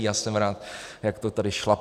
Já jsem rád, jak to tady šlape.